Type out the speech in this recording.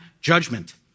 judgment